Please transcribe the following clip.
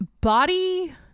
body